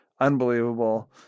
unbelievable